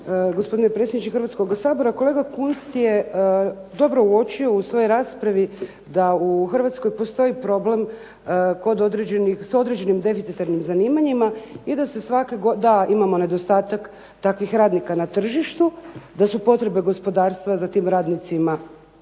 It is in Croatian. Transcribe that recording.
gospodine predsjedniče Hrvatskoga sabora. Kolega Kunst je dobro uočio u svojoj raspravi da u Hrvatskoj postoji problem sa određenim deficitarnim zanimanjima i da imamo nedostatak takvih radnika na tržištu, da su potrebe gospodarstva za tim radnicima